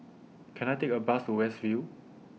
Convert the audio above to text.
Can I Take A Bus to West View